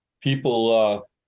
people